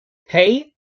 hey